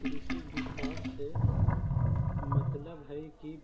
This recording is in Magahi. कृषि विस्तार से मतलबहई कि